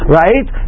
right